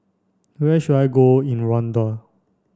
where should I go in Rwanda